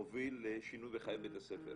מוביל לשינוי בחיי בית הספר.